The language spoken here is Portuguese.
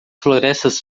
florestas